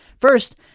First